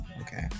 okay